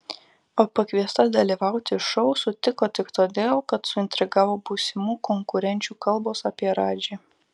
o pakviesta dalyvauti šou sutiko tik todėl kad suintrigavo būsimų konkurenčių kalbos apie radžį